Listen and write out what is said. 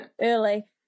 early